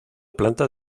planta